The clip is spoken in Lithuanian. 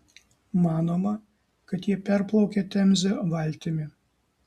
manoma kad jie perplaukė temzę valtimi